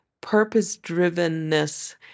purpose-drivenness